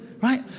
right